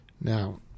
Now